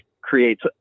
creates